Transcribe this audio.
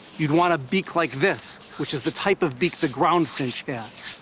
you'd want a beak like this, which is the type of beak the ground finch has.